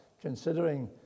considering